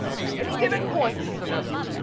at any given point this semester,